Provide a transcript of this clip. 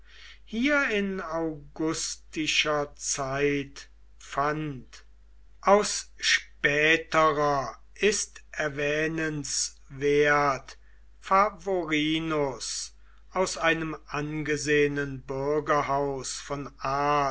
hier in augustischer zeit fand aus späterer ist erwähnenswert favorinus aus einem angesehenen bürgerhaus von